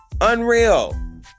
unreal